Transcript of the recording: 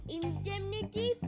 indemnity